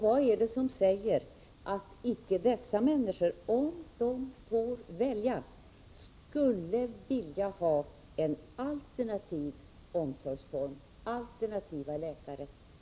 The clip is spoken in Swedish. Vad är det som säger att dessa människor — om de får välja — icke skulle vilja ha en alternativ omsorgsform eller alternativa läkare?